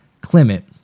Clement